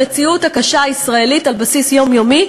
המציאות הקשה הישראלית על בסיס יומיומי,